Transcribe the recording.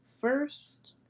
First